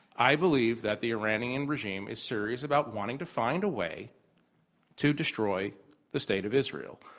i believe that the iranian regime is serious about wanting to find a way to destroy the state of israel.